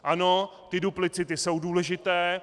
Ano, ty duplicity jsou důležité.